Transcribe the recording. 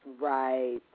Right